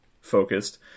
focused